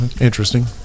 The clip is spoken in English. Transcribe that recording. interesting